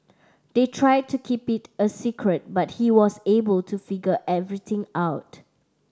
they tried to keep it a secret but he was able to figure everything out